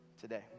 today